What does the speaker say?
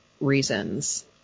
reasons